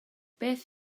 beth